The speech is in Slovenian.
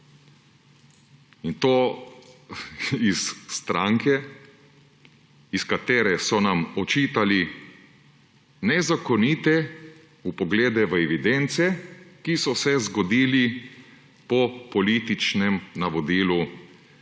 In to iz stranke, iz katere so nam očitali nezakonite vpoglede v evidence, ki so se zgodili po političnem navodilu